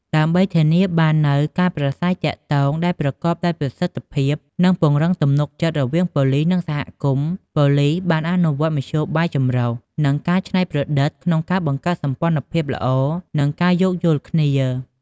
ដើម្បីធានាបាននូវការប្រាស្រ័យទាក់ទងដែលប្រកបដោយប្រសិទ្ធភាព និងពង្រឹងទំនុកចិត្តរវាងប៉ូលីស និងសហគមន៍ ប៉ូលីសបានអនុវត្តមធ្យោបាយចម្រុះ និងការច្នៃប្រឌិតក្នុងការបង្កើតសម្ព័ន្ធភាពល្អ និងការយោគយល់គ្នា។